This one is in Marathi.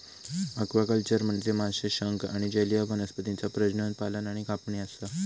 ॲक्वाकल्चर म्हनजे माशे, शंख आणि जलीय वनस्पतींचा प्रजनन, पालन आणि कापणी असा